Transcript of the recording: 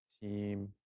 team